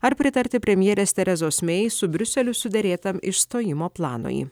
ar pritarti premjerės terezos mei su briuseliu suderėtam išstojimo planui